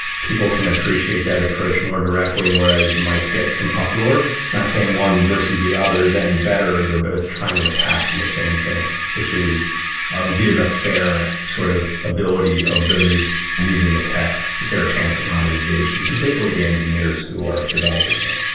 people can appreciate that approach more directly, whereas you might get some uproar. not saying one versus the other is any better. they're both trying to attack the same thing, which is give a fair sort of ability of those using the tech a fair chance of monetization, particularly the engineers who are developing it.